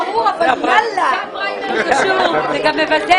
זה גם מבזה.